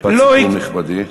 משפט סיכום, נכבדי.